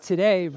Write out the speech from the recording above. Today